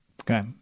Okay